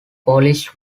polish